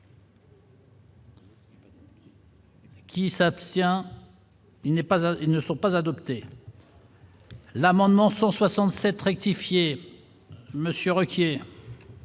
Il n'est pas, ils ne sont pas adoptées. L'amendement 167 rectifiées Monsieur Ruquier.